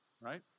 right